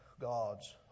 God's